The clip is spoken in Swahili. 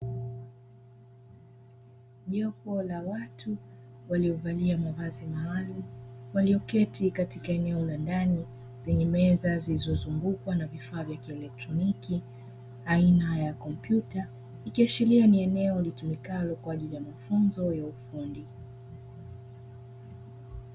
Jopo la watu waliovalia mavazi maalumu, walioketi katika eneo la ndani lenye meza zilizozungukwa na vifaa vya kielektroniki aina ya kompyuta, ikiashiria ni eneo litumikalo kwa ajili ya mafunzo ya ufundi.